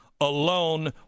alone